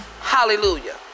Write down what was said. Hallelujah